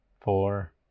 four